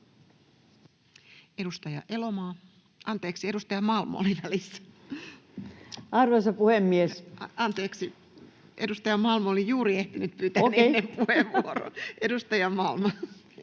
Edustaja Elomaa. — Anteeksi, edustaja Malm oli välissä. — Anteeksi, edustaja Malm oli juuri ehtinyt pyytää puheenvuoron. [Ritva Elomaa: